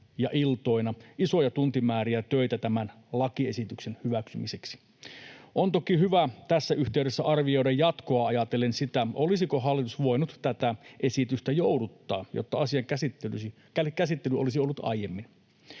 ja ‑iltoina isoja tuntimääriä töitä tämän lakiesityksen hyväksymiseksi. On toki hyvä tässä yhteydessä arvioida jatkoa ajatellen sitä, olisiko hallitus voinut tätä esitystä jouduttaa, jotta asian käsittely olisi ollut aiemmin.